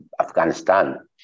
Afghanistan